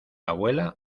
abuela